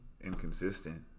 inconsistent